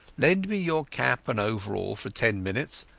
lend me your cap and overall for ten minutes,